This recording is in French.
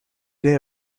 née